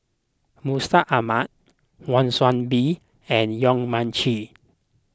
Mustaq Ahmad Wan Soon Bee and Yong Mun Chee